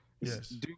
Yes